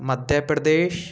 Madhya Pradesh